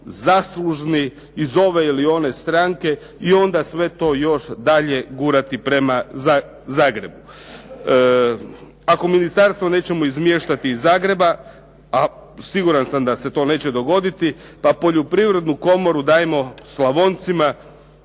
zaslužni iz ove ili one stranke i onda sve to još dalje gurati prema Zagrebu. Ako ministarstvo nećemo izmještati iz Zagreba, a siguran sam da se to neće dogoditi, pa Poljoprivrednu komoru dajmo Slavoncima.